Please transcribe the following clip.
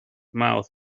mouth